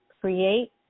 create